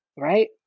Right